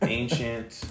ancient